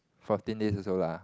fourteen days also lah